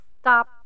stop